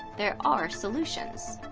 there are solutions.